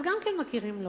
אז גם מכירים לו.